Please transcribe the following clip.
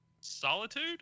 Solitude